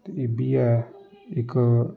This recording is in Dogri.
ते एह् बी ऐ इक